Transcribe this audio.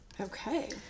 okay